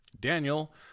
Daniel